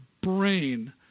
brain